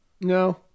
no